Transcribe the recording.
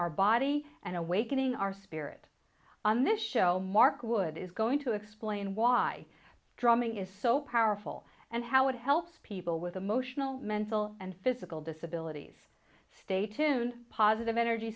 our body and awakening our spirit on this show mark wood is going to explain why drumming is so powerful and how it helps people with emotional mental and physical disabilities stay tuned positive energy